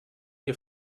ihr